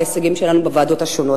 ההישגים שלנו בוועדות השונות,